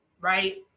Right